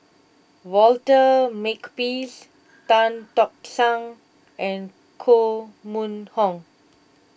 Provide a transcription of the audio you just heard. Walter Makepeace Tan Tock San and Koh Mun Hong